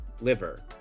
liver